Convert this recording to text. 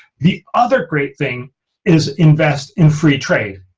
the other great thing is invest in free trade.